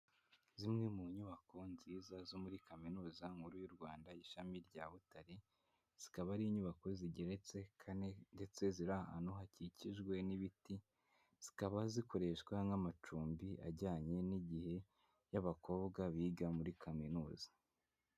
Zimwe mu nyubako nziza zo muri Kaminuza nkuru y'u Rwanda ishami rya Butare, zikaba ari inyubako zigeretse kane ndetse ziri ahantu hakikijwe n'ibiti, zikaba zikoreshwa nk'amacumbi ajyanye n'igihe y'abakobwa biga muri kaminuza.